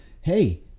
Hey